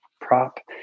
prop